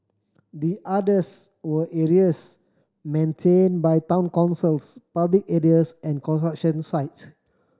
the others were areas maintained by town councils public areas and construction sites